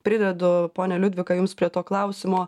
privedu ponia liudvika jums prie to klausimo